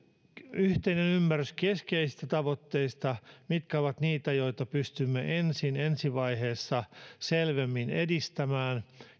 yhteinen ymmärrys keskeisistä tavoitteista mitkä ovat niitä joita pystymme ensin ensivaiheessa selvemmin edistämään